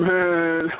Man